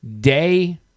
day